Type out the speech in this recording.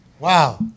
Wow